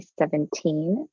2017